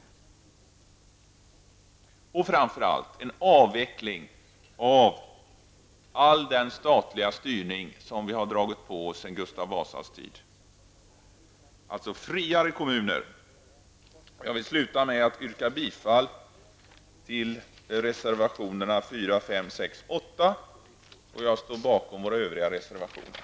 Det krävs framför allt en avveckling av all den statliga styrning som vi har dragit på oss sedan Gustav Vasas tid, alltså friare kommuner. Jag vill avsluta med att yrka bifall till reservationerna 4, 5, 6 och 8. Jag står bakom våra övriga reservationer.